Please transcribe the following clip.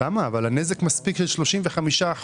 אבל הנזק מספיק ל-35%.